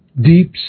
deep